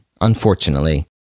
unfortunately